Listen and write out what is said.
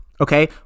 okay